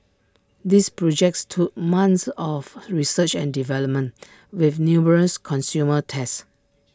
these projects took months of research and development with numerous consumer tests